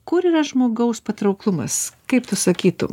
kur yra žmogaus patrauklumas kaip tu sakytum